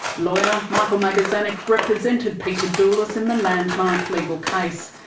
lawyer michael magazanik represented peter doulis in the landmark legal case.